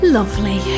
Lovely